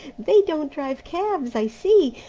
they don't drive cabs, i see,